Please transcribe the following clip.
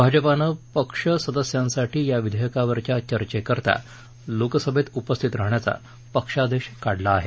भाजपानं पक्ष सदस्यांसाठी या विधेयकावरच्या चर्चेकरता लोकसभेत उपस्थित राहण्याचा पक्षादेश काढला आहे